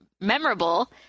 memorable